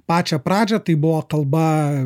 pačią pradžią tai buvo kalba